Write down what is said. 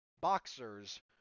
boxers